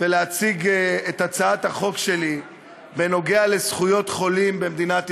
ולהציג את הצעת החוק שלי בנוגע לזכויות חולים במדינת ישראל.